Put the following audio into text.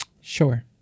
Sure